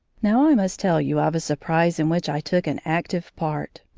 now i must tell you of a surprise in which i took an active part.